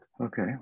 Okay